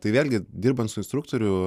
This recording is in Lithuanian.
tai vėlgi dirbant su instruktoriu